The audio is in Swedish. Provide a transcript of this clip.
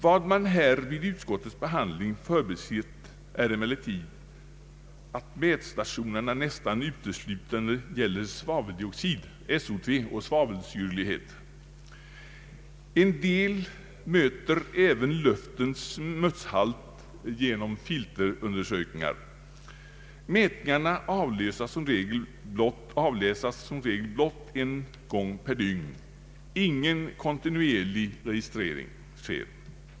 Vad man vid utskottets behandling förbisett är emellertid att mätstationerna nästan uteslutande registrerar svaveldioxid och svavelsyrlighet. En del mäter även luftens smutshalt genom filterundersökningar. Mätningarna avläses som regel blott en gång per dygn; ingen kontinuerlig registrering sker.